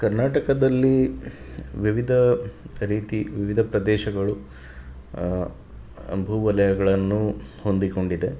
ಕರ್ನಾಟಕದಲ್ಲಿ ವಿವಿಧ ರೀತಿ ವಿವಿಧ ಪ್ರದೇಶಗಳು ಭೂವಲಯಗಳನ್ನು ಹೊಂದಿಕೊಂಡಿದೆ